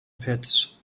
pits